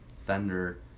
Fender